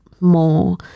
more